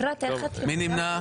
מי נמנע.